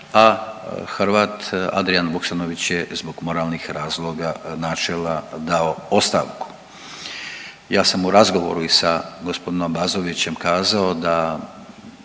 a Hrvat Adrijan Vuksanović je zbog moralnih razloga, načela dao ostavku. Ja sam u razgovoru i sa gospodinom Abazovićem kazao da